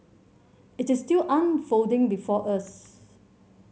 it is still unfolding before us